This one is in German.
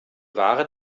ware